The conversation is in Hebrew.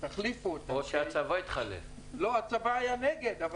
הצבא היה נגד.